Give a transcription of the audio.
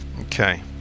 Okay